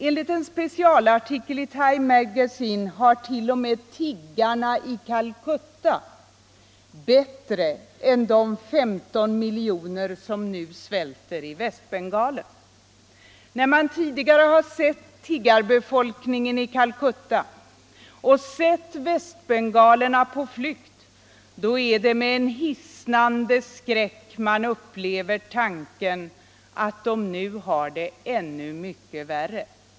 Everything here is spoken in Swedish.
Enligt en specialartikel i Time Magazine har t.o.m. tiggarna i Calcutta bättre än de 15 miljoner som nu svälter i Västbengalen. När man tidigare har sett tiggarbefolkningen i Calcutta och sett västbengalerna på flykt, då är det med en hisnande skräck man upplever tanken att de nu har det ännu mycket värre.